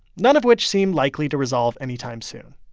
none of which seemed likely to resolve anytime soon.